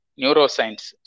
neuroscience